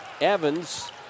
Evans